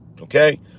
okay